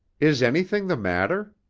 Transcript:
is anything the matter?